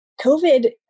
COVID